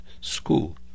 school